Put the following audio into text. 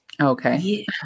Okay